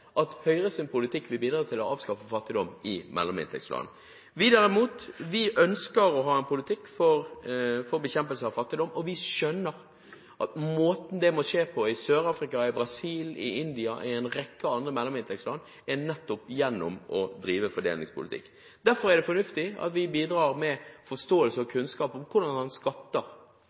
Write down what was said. at Høyres politikk vil bidra til å avskaffe fattigdom i mellominntektsland. Vi, derimot, ønsker å ha en politikk for bekjempelse av fattigdom. Vi skjønner at måten det må skje på – i Sør-Afrika, i Brasil, i India, i en rekke andre mellominntektsland – er gjennom å drive fordelingspolitikk. Derfor er det fornuftig at vi bidrar med forståelse og kunnskap om hvordan man skatter.